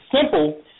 simple